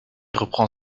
reprend